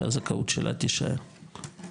שהזכאות שלה תישאר.